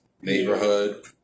neighborhood